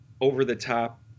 over-the-top